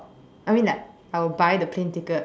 I mean like I will buy the plane ticket